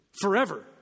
forever